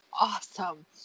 awesome